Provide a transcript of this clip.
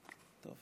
קולכם לא נשמע,